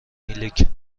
میلک